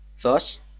Thus